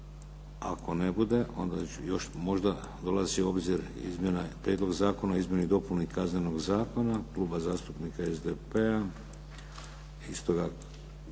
ako ne bude, onda još možda dolazi u obzir Prijedlog Zakona o izmjeni i dopuni Kaznenog zakona, Kluba zastupnika SDP-a, i stoga,